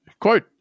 Quote